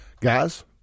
Guys